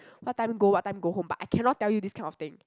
what time go what time go home but I cannot tell you this kind of thing